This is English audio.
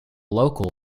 local